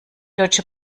deutsche